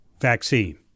vaccine